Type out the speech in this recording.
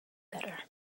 better